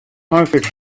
conquered